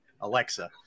Alexa